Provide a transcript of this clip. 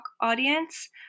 audience